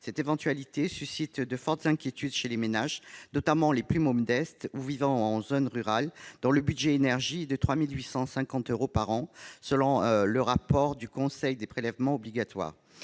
telle éventualité suscite de fortes inquiétudes chez les ménages, notamment les plus modestes et ceux vivant en zone rurale, dont le budget « énergie » est de 3 850 euros par an, selon le rapport du Conseil des prélèvements obligatoires